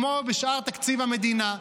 כמו בשאר תקציב המדינה.